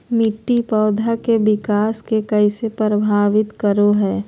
मिट्टी पौधा के विकास के कइसे प्रभावित करो हइ?